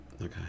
Okay